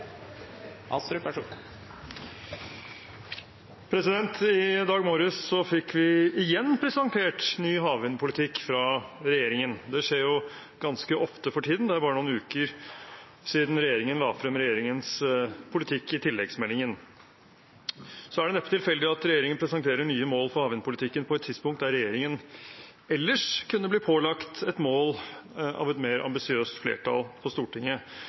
I dag morges fikk vi igjen presentert ny havvindpolitikk fra regjeringen. Det skjer jo ganske ofte for tiden; det er bare noen uker siden regjeringen la frem regjeringens politikk i tilleggsmeldingen. Det er neppe tilfeldig at regjeringen presenterer nye mål for havvindpolitikken på et tidspunkt da regjeringen ellers kunne blitt pålagt et mål av et mer ambisiøst flertall på Stortinget,